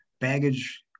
baggage